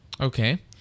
Okay